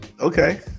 Okay